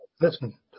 listen